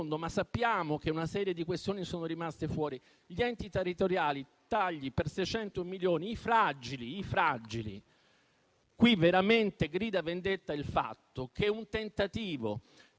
ma sappiamo che una serie di questioni sono rimaste fuori. Gli enti territoriali: tagli per 600 milioni. Sui fragili veramente grida vendetta il fatto che un tentativo